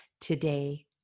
today